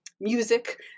music